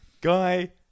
Guy